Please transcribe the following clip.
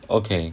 okay